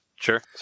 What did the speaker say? Sure